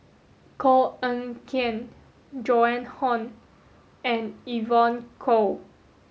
Koh Eng Kian Joan Hon and Evon Kow